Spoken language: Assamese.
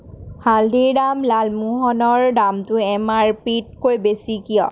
হালদিৰাম লালমোহনৰ দামটো এম আৰ পিতকৈ বেছি কিয়